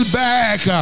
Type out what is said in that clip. back